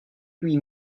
huit